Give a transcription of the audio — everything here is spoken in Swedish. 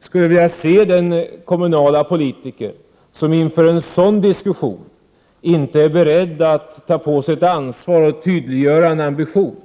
Jag skulle vilja se den kommunalpolitiker som inför en sådan diskussion inte är beredd att ta på sig ett ansvar och tydliggöra en ambition.